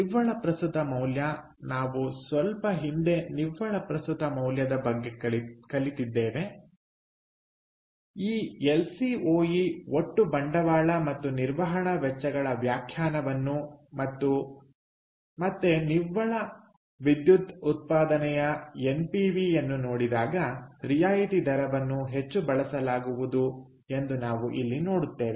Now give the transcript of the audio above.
ನಿವ್ವಳ ಪ್ರಸ್ತುತ ಮೌಲ್ಯ ನಾವು ಸ್ವಲ್ಪ ಹಿಂದೆ ನಿವ್ವಳ ಪ್ರಸ್ತುತ ಮೌಲ್ಯದ ಬಗ್ಗೆ ಕಲಿತಿದ್ದೇವೆ ಈ ಎಲ್ಸಿಒಇ ಒಟ್ಟು ಬಂಡವಾಳ ಮತ್ತು ನಿರ್ವಹಣಾ ವೆಚ್ಚಗಳ ವ್ಯಾಖ್ಯಾನವನ್ನು ಮತ್ತು ಮತ್ತೆ ನಿವ್ವಳ ವಿದ್ಯುತ್ ಉತ್ಪಾದನೆಯ ಎನ್ಪಿವಿಯನ್ನು ನೋಡಿದಾಗ ರಿಯಾಯಿತಿ ದರವನ್ನು ಹೆಚ್ಚು ಬಳಸಲಾಗುವುದು ಎಂದು ನಾವು ಇಲ್ಲಿ ನೋಡುತ್ತೇವೆ